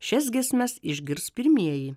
šias giesmes išgirs pirmieji